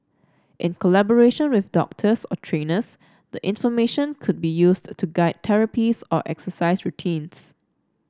in collaboration with doctors or trainers the information could be used to guide therapies or exercise routines